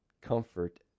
comfort